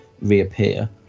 reappear